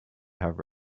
have